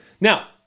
Now